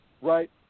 right